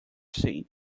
seen